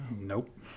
Nope